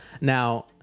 Now